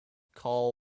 carl